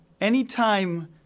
Anytime